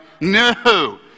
No